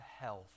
health